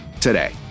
today